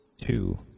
two